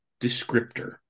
descriptor